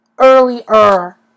Earlier